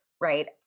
right